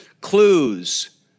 clues